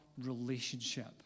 relationship